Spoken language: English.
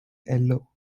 yellow